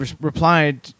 replied